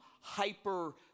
hyper